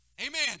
Amen